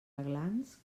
aglans